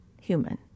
human